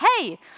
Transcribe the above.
hey